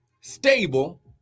stable